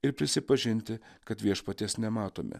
ir prisipažinti kad viešpaties nematome